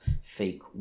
fake